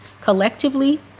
collectively